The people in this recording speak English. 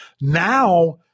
Now